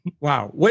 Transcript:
Wow